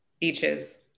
Beaches